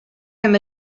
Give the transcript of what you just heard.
him